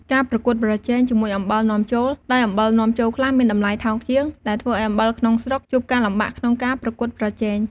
ការប្រកួតប្រជែងជាមួយអំបិលនាំចូល ដោយអំបិលនាំចូលខ្លះមានតម្លៃថោកជាង ដែលធ្វើឱ្យអំបិលក្នុងស្រុកជួបការលំបាកក្នុងការប្រកួតប្រជែង។